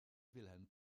wilhelm